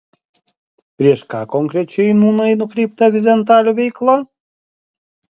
prieš ką konkrečiai nūnai nukreipta vyzentalio veikla